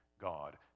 God